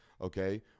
okay